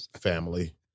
family